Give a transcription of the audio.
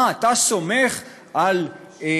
מה, אתה סומך על פקיד?